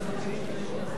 סיוע לעסקים קטנים,